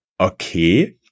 Okay